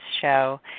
show